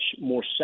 more